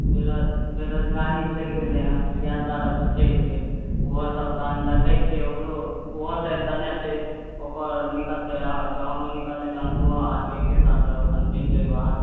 बेरो बेरोजगारी बढ़ि गेलैए इएह दुआरे आब सोचैत छियै ओहोसभ तहन देखैत छियै ओकरो ओहो शायद देने छै ओकरो निकलतै आ जँ हमरो निकललै तऽ हम दूओ आदमी एके साथ रहबै तहन चलि जेबै बाहर